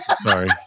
sorry